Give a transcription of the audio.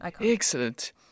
Excellent